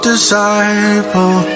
Disciple